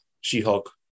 She-Hulk